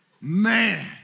Man